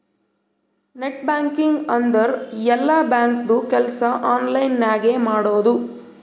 net banking ಅಂದುರ್ ಎಲ್ಲಾ ಬ್ಯಾಂಕ್ದು ಕೆಲ್ಸಾ ಆನ್ಲೈನ್ ನಾಗೆ ಮಾಡದು